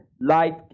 Light